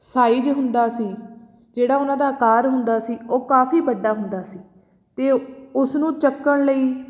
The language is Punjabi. ਸਾਈਜ਼ ਹੁੰਦਾ ਸੀ ਜਿਹੜਾ ਉਹਨਾਂ ਦਾ ਆਕਾਰ ਹੁੰਦਾ ਸੀ ਉਹ ਕਾਫੀ ਵੱਡਾ ਹੁੰਦਾ ਸੀ ਅਤੇ ਉਸਨੂੰ ਚੱਕਣ ਲਈ